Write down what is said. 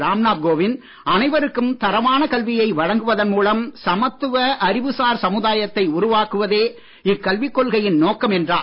ராம் நாத் கோவிந்த் அனைவருக்கும் தரமான கல்வியை வழங்குவதன் மூலம் சமத்துவ அறிவுசார் சமுதாயத்தை உருவாக்குவதே இக்கல்விக் கொள்கையின் நோக்கம் என்றார்